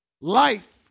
life